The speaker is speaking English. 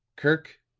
kirk,